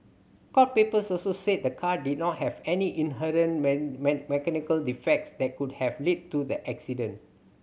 court papers also said the car did not have any inherent mechanical defects that could have led to the accident